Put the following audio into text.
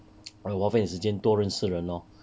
花费你时间多认识人 lor